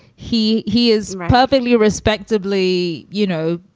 he he is perfectly respectably you know,